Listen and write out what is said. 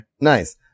Nice